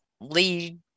lead